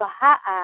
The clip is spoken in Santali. ᱵᱟᱦᱟᱜᱼᱟ